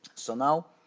so now,